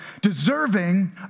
deserving